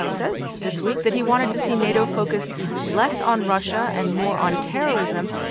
ah said this week that he wanted to see nato focus less on russia and more on terrorism.